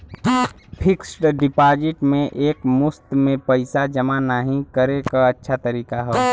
fixed deposit में एक मुश्त में पइसा जमा नाहीं करे क अच्छा तरीका हौ